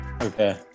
Okay